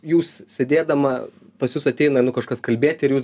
jūs sėdėdama pas jus ateina nu kažkas kalbėti ir jūs